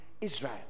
Israel